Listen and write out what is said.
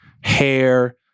hair